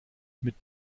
mit